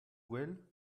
gwell